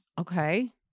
Okay